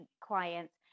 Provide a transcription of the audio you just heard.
clients